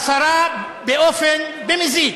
השרה, באופן, במזיד,